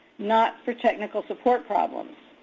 not for technical support problems.